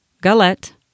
Galette